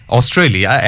Australia